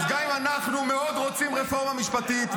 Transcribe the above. אז גם אם אנחנו רוצים מאוד רפורמה משפטית,